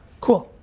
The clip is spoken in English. cool.